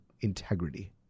integrity